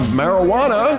marijuana